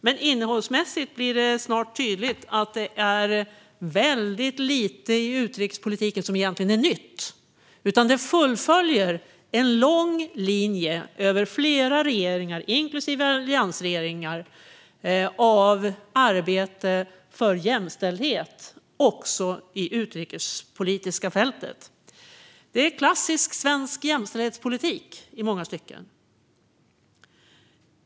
Men innehållsmässigt blir det snart tydligt att det är väldigt lite i utrikespolitiken som egentligen är nytt, utan det fullföljer flera regeringars, inklusive alliansregeringars, arbete för jämställdhet också på det utrikespolitiska fältet. Det är klassisk svensk jämställhetspolitik i många stycken.